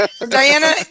Diana